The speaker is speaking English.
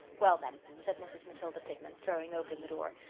well, then, said mrs. matilda pitman, throwing open the door,